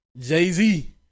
Jay-Z